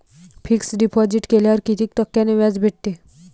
Fix deposit केल्यावर कितीक टक्क्यान व्याज भेटते?